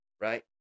right